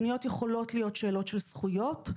הפניות יכולות להיות שאלות של זכויות,